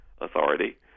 authority